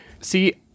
See